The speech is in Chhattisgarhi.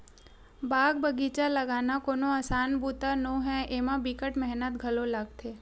बाग बगिचा लगाना कोनो असान बूता नो हय, एमा बिकट मेहनत घलो लागथे